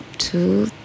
two